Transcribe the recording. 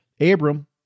Abram